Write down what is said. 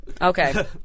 Okay